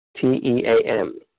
T-E-A-M